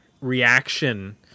reaction